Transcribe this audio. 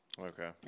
Okay